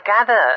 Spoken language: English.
gather